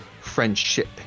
friendship